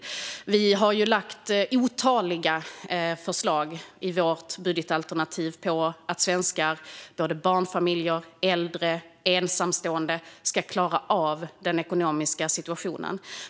Vi socialdemokrater har lagt fram otaliga förslag i vårt budgetalternativ om hur svenska barnfamiljer, äldre och ensamstående ska klara av den ekonomiska situationen.